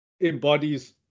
embodies